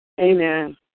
Amen